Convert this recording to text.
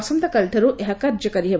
ଆସନ୍ତାକାଲିଠାରୁ ଏହା କାର୍ଯ୍ୟକାରୀ ହେବ